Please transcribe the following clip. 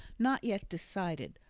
not yet decided,